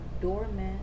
doormat